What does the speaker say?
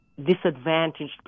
disadvantaged